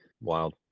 wild